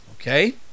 Okay